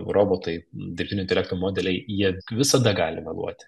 robotai dirbtinio intelekto modeliai jie visada gali meluoti